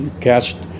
cast